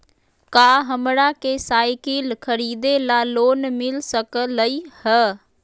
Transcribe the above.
का हमरा के साईकिल खरीदे ला लोन मिल सकलई ह?